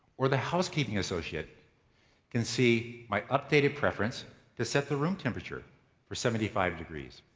or the housekeeping associate can see my updated preference to set the room temperature for seventy five degrees.